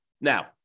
Now